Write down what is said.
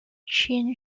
chin